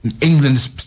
england's